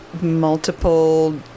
multiple